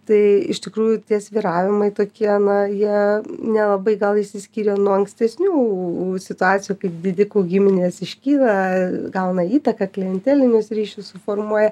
tai iš tikrųjų tie svyravimai tokie na jie nelabai gal išsiskyrė nuo ankstesnių situacijų kaip didikų giminės iškyla gauna įtaką klentelinius ryšius suformuoja